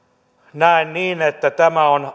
näen niin että tämä on